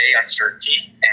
uncertainty